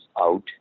out